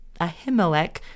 Ahimelech